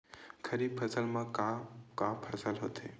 खरीफ फसल मा का का फसल होथे?